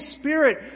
Spirit